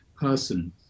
person